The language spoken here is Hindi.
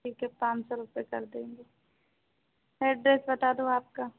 ठीक है पाँच सौ रुपये कर देंगे एड्रेस बता दो आपका